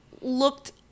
looked